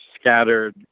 scattered